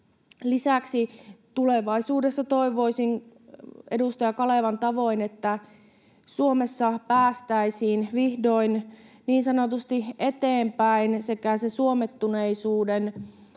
Lisäksi tulevaisuudessa toivoisin edustaja Kalevan tavoin, että Suomessa päästäisiin vihdoin niin sanotusti eteenpäin ja se suomettuneisuuden